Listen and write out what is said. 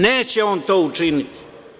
Neće on to učiniti.